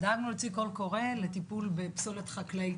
דנו להוציא קול קורא לטיפול בפסולת חקלאית,